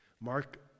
Mark